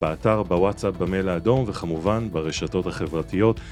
באתר, בוואטסאפ, במיל האדום וכמובן ברשתות החברתיות